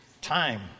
time